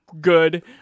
good